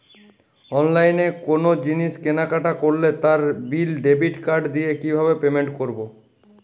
অনলাইনে কোনো জিনিস কেনাকাটা করলে তার বিল ডেবিট কার্ড দিয়ে কিভাবে পেমেন্ট করবো?